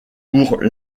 pour